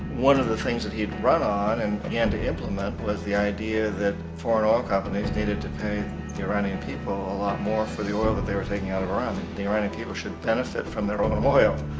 one of the things that he brought on and began to implement was the idea that foreign oil companies needed to pay the iranian people a lot more for the oil that they were taking out of iran and the iranian people should benefit from their own oil.